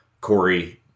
Corey